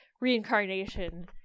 reincarnation